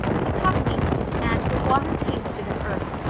the cup leaked, and the water tasted of earth,